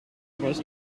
boss